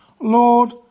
Lord